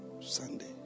Sunday